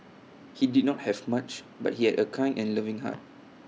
he did not have much but he had A kind and loving heart